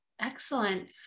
Excellent